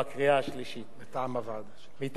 בחלקן,